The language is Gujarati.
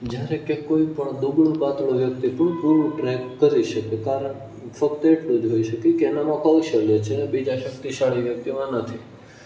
જ્યારે કે કોઈપણ દુબળો પાતળો વ્યક્તિ પણ પૂરો ટ્રેક કરી શકે કારણ ફક્ત એટલું જ હોઈ શકે કે એનામાં કૌશલ્ય છે બીજા શક્તિશાળી વ્યક્તિમાં નથી